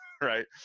Right